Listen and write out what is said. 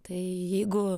tai jeigu